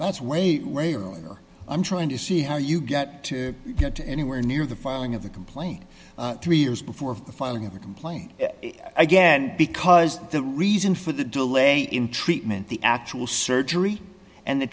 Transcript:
that's way way earlier i'm trying to see how you get to get anywhere near the filing of the complaint three years before the filing of a complaint again because the reason for the delay in treatment the actual surgery and the